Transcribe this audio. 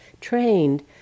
trained